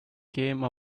came